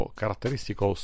caratteristico